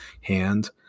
hand